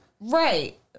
Right